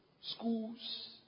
schools